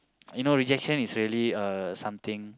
you know rejection is really a something